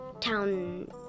town